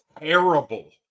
terrible